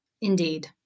Indeed